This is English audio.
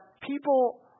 people